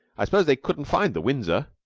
i suppose they couldn't find the windsor.